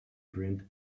print